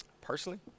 Personally